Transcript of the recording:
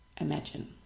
imagine